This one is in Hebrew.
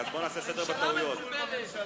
ממשלה מבולבלת.